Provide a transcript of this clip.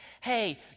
Hey